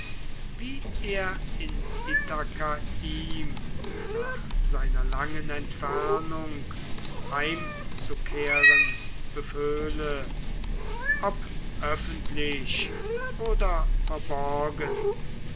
wie er in ithaka ihm nach seiner langen entfernung heimzukehren beföhle ob öffentlich oder verborgen